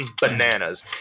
bananas